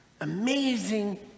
Amazing